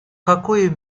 какую